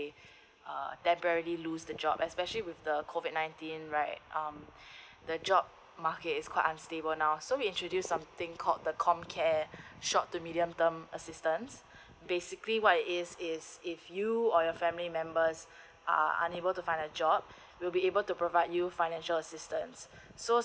okay uh they apparently lose their job especially with the COVID 19 right um the job market is quite unstable now so we introduce something called the com care short to medium term assistance basically what it is if you or your family members are unable to find a job we will be able to provide you financial assistance so